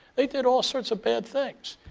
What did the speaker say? they did all sort of bad things.